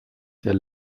der